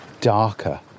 darker